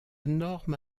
norme